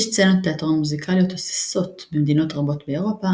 יש סצנות תיאטרון מוזיקליות תוססות במדינות רבות באירופה,